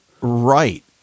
right